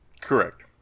correct